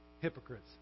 hypocrites